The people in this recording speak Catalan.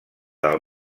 del